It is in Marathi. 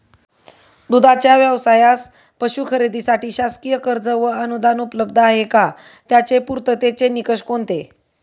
दूधाचा व्यवसायास पशू खरेदीसाठी शासकीय कर्ज व अनुदान उपलब्ध आहे का? त्याचे पूर्ततेचे निकष कोणते?